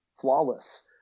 flawless